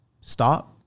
stop